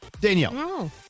Danielle